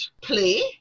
play